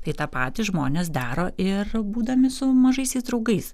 tai tą patį žmonės daro ir būdami su mažaisiais draugais